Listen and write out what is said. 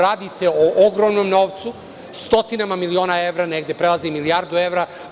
Radi se o ogromnom novcu, stotinama miliona evra, a negde prelazi i milijardu evra.